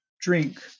drink